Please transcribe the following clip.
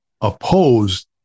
opposed